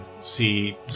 See